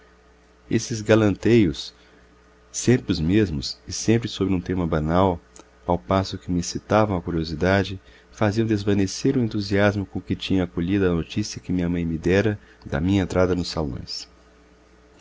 esses galanteios sempre os mesmos e sempre sobre um tema banal ao passo que me excitavam a curiosidade faziam desvanecer o entusiasmo com que tinha acolhido a notícia que minha mãe me dera da minha entrada nos salões